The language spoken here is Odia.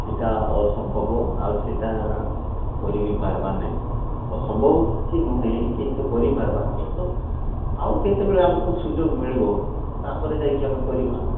ସେଇଟା ଅସମ୍ଭବ ଆଉ ସେଇଟା କରିବି ପାରବା ନାହିଁ ଅସମ୍ଭବ କିଛି ନୁହେଁ କିନ୍ତୁ କରି ପାରବା କିନ୍ତୁ ଆଉ କେତେବେଳେ ଆମକୁ ସୁଯୋଗ ମିଳିବ ତା'ପରେ ଯାଇକି ଆମେ କରିବା